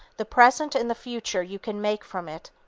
the present and the future you can make from it,